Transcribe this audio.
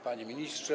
Panie Ministrze!